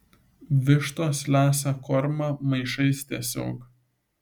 vištos lesa kormą maišais tiesiog